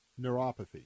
neuropathy